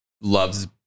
loves